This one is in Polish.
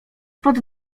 pod